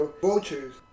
vultures